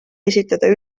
esitada